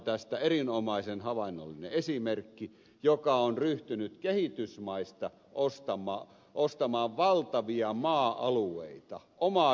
tästä erinomaisen havainnollinen esimerkki on etelä korea joka on ryhtynyt kehitysmaista ostamaan valtavia maa alueita omaa ruokatuotantoaan varten